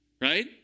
Right